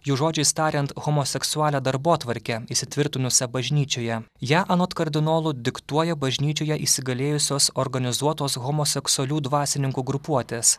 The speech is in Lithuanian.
jų žodžiais tariant homoseksualią darbotvarkę įsitvirtinusią bažnyčioje ją anot kardinolų diktuoja bažnyčioje įsigalėjusios organizuotos homoseksualių dvasininkų grupuotės